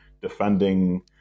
defending